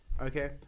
Okay